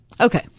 Okay